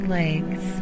legs